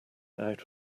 out